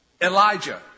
Elijah